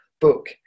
book